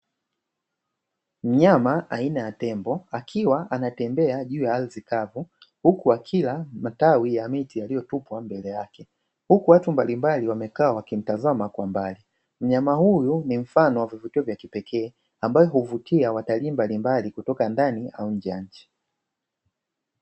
Mnyama aina ya tembo akiwa anatembea juu ya ardhi kavu huku, akila matawi ya miti yaliyotupwa mbele yake, huku watu mbalimbali wamekaa wakimtazama kwa mbali. Mnyama huyu ni mfano wa vivutio vya kipekee ambayo huvutia watalii mbalimbali kutoka ndani au nje ya nchi.